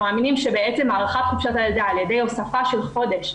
אנחנו מאמינים שהארכת חופשת הלידה על ידי הוספה של חודש,